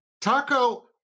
Taco